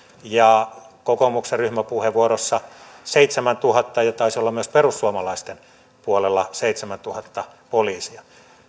ja kokoomuksen ryhmäpuheenvuorossa seitsemäntuhatta ja taisi olla myös perussuomalaisten puolella seitsemäntuhatta poliisia